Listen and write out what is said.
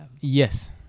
yes